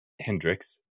Hendrix